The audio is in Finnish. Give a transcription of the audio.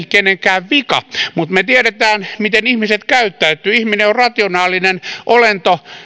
kenenkään vika mutta me tiedämme miten ihmiset käyttäytyvät ihminen on rationaalinen olento